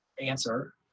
answer